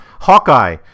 Hawkeye